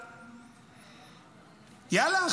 יאללה,